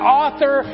author